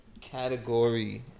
category